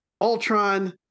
Ultron